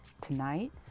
Tonight